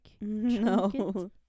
No